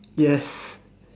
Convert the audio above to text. yes